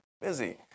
busy